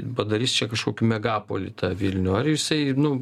padarys čia kažkokį megapolį tą vilnių ar jisai nu